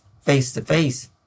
face-to-face